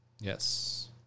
Yes